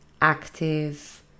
active